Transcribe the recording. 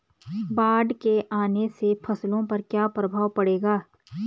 बाढ़ के आने से फसलों पर क्या प्रभाव पड़ेगा?